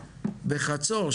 בחצור,